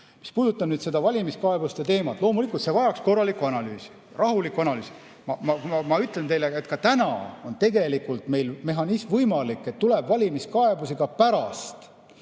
Mis puudutab seda valimiskaebuste teemat. Loomulikult see vajaks korralikku analüüsi, rahulikku analüüsi. Ma ütlen teile, et ka täna on tegelikult meil mehhanism võimalik, et tuleb valimiskaebusi ka pärast